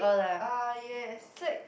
ah yes like